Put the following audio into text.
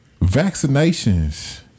vaccinations